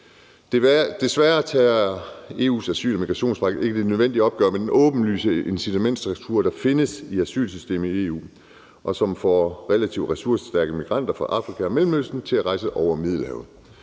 Desværre tager EU's asyl- og migrationspagt ikke det nødvendige opgør med den åbenlyse incitamentsstruktur, der findes i asylsystemet i EU, den får relativt ressourcestærke migranter fra Afrika og Mellemøsten til at rejse over Middelhavet,